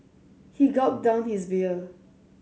he gulped down his beer